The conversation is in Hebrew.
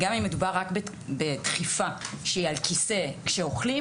גם אם מדובר רק בדחיפה שהיא על כיסא כשאוכלים,